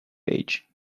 age